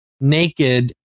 naked